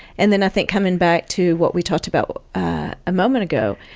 and then i think coming back to what we talked about a moment ago,